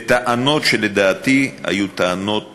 בטענות שלדעתי היו טענות